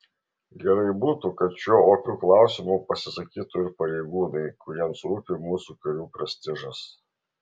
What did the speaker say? gerai būtų kad šiuo opiu klausimu pasisakytų ir pareigūnai kuriems rūpi mūsų karių prestižas